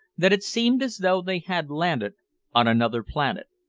that it seemed as though they had landed on another planet.